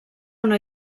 una